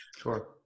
sure